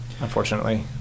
unfortunately